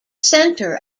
center